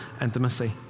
intimacy